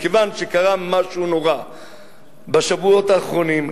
מכיוון שקרה משהו נורא בשבועות האחרונים,